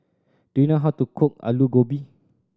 do you know how to cook Alu Gobi